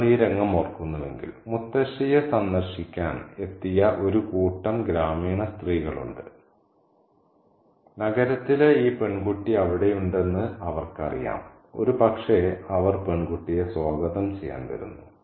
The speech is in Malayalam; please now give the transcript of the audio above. നിങ്ങൾ ഈ രംഗം ഓർക്കുന്നുവെങ്കിൽ മുത്തശ്ശിയെ സന്ദർശിക്കാൻ എത്തിയ ഒരു കൂട്ടം ഗ്രാമീണ സ്ത്രീകൾ ഉണ്ട് നഗരത്തിലെ ഈ പെൺകുട്ടി അവിടെയുണ്ടെന്ന് അവർക്കറിയാം ഒരുപക്ഷേ അവർ പെൺകുട്ടിയെ സ്വാഗതം ചെയ്യാൻ വരുന്നു